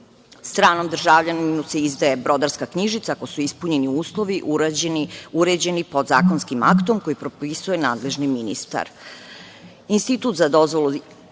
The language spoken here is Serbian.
brodu. Stranom državljaninu se izdaje brodarska knjižica ako su ispunjeni uslovi uređeni podzakonskim aktom koji propisuje nadležni ministar. Institut